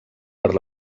per